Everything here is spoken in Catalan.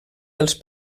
dels